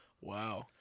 Wow